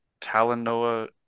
Talanoa